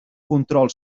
control